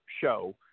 show